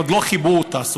עוד לא כיבו אותה סופית.